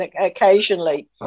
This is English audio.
occasionally